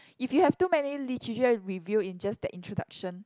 if you have too many literature review in just that introduction